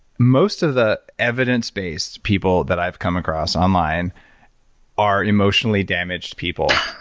most of the evidence based people that i've come across online are emotionally damaged people